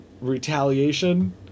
retaliation